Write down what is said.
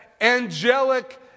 angelic